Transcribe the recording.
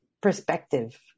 perspective